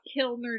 kilner